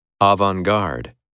Avant-garde